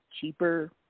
cheaper